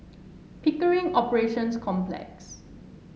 Pickering Operations Complex